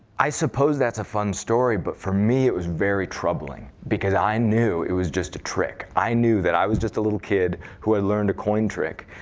i suppose that's a fun story. but for me, it was very troubling. because i knew it was just a trick. i knew that i was just a little kid who had learned a coin trick.